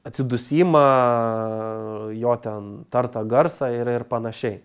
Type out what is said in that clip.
atsidusimą jo ten tartą garsą ir ir panašiai